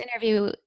interview